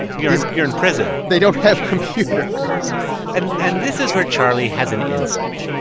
you're you're in prison they don't have computers and and this is where charlie has an insight.